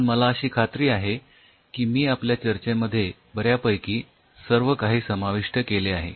पण मला अशी खात्री आहे की मी आपल्या चर्चेमध्ये बऱ्यापैकी सर्व काही समाविष्ठ केलेले आहे